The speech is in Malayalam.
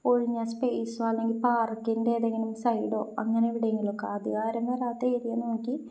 ഒഴിഞ്ഞ സ്പേസോ അല്ലെങ്കില് പാർക്കിന്റെ ഏതെങ്കിലും സൈഡോ അങ്ങനെ എവിടെയെങ്കിലുമൊക്കെ അധികമാരും വരാത്ത ഏരിയ നോക്കി